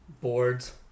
boards